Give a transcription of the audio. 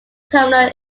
terminal